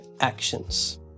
actions